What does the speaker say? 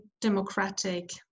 democratic